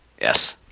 Yes